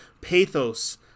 pathos